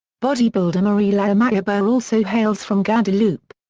bodybuilder marie-laure mahabir also hails from guadeloupe.